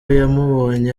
yamubonye